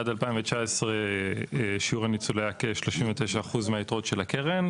עד 2019 שיעור הניצול היה כ-39% מהיתרות של הקרן,